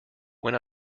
when